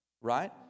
right